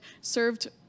served